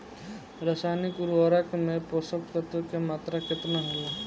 रसायनिक उर्वरक मे पोषक तत्व के मात्रा केतना होला?